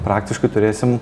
praktiškai turėsim